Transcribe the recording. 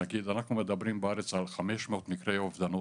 אנחנו מדברים בארץ על 500 מקרי אובדנות,